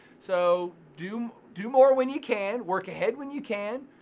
so do do more when you can, work ahead when you can,